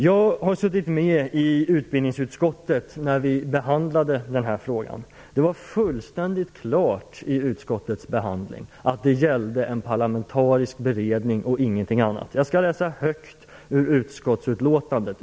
Jag satt med i utbildningsutskottet när vi behandlade den här frågan. Det var fullständigt klart i utskottets behandling att det gällde en parlamentarisk beredning och ingenting annat. Jag skall läsa högt ur utskottsbetänkandet.